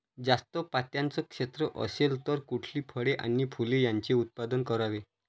जास्त पात्याचं क्षेत्र असेल तर कुठली फळे आणि फूले यांचे उत्पादन करावे?